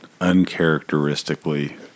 uncharacteristically